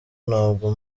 ntabwo